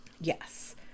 Yes